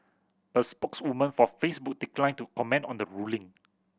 a spokeswoman for Facebook declined to comment on the ruling